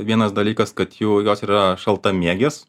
vienas dalykas kad jų jos yra šaltamėgės